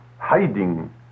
Hiding